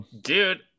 dude